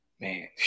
man